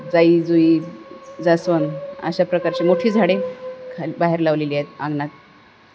जाई जुई जास्वंद अशा प्रकारची मोठी झाडे खाली बाहेर लावलेली आहे अंगणात